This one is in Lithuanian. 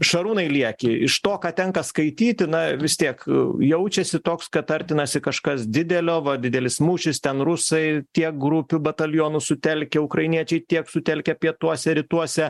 šarūnai lieki iš to ką tenka skaityti na vis tiek jaučiasi toks kad artinasi kažkas didelio va didelis mūšis ten rusai tiek grupių batalionų sutelkę ukrainiečiai tiek sutelkę pietuose rytuose